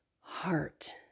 heart